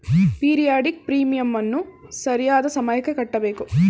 periodic ಪ್ರೀಮಿಯಂನ್ನು ಸರಿಯಾದ ಸಮಯಕ್ಕೆ ಕಟ್ಟಬೇಕು